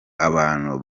abantu